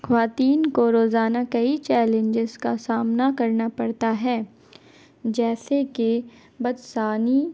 خواتین کو روزانہ کئی چیلنجز کا سامنا کرنا پڑتا ہے جیسے کہ بد ظنی